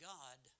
God